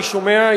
אני שומע,